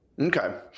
okay